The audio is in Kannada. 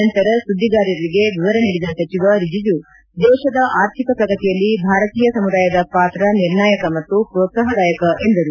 ನಂತರ ಸುದ್ದಿಗಾರರಿಗೆ ವಿವರ ನೀಡಿದ ಸಚಿವ ರಿಜಿಜು ದೇಶದ ಆರ್ಥಿಕ ಪ್ರಗತಿಯಲ್ಲಿ ಭಾರತೀಯ ಸಮುದಾಯದ ಪಾತ್ರ ನಿರ್ಣಾಯಕ ಮತ್ತು ಪ್ರೋತ್ಸಾಹದಾಯಕ ಎಂದರು